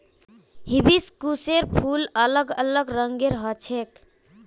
हिबिस्कुसेर फूल अलग अलग रंगेर ह छेक